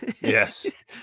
yes